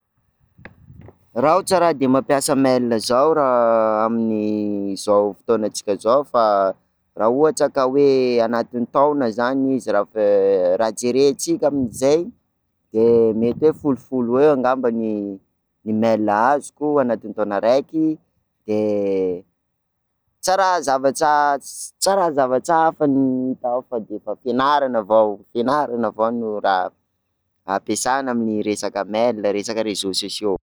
R'aho tsa raha de mampiasa mail zao raha amin 'izao fotoanatsika zao fa raha ohatra ka hoe anatin'ny taona zany izy ra- raha jerentsika amzay de mety hoe folofolo eo ngamba mail azoko anatin'ny taona araiky, de tsa raha zavatra- tsa raha zavatra hafa no hita ao fa de efa fianarana avao, fianarana avao no raha ampiasana ny resaka mail resaka reseaux sociaux.